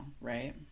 right